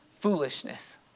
foolishness